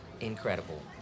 incredible